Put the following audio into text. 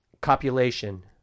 copulation